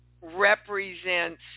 represents